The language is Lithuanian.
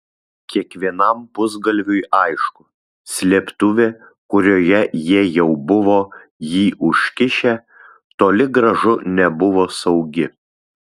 kiekvienam pusgalviui aišku slėptuvė kurioje jie jau buvo jį užkišę toli gražu nebuvo saugi